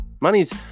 Money's